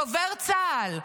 דובר צה"ל,